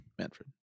Manfred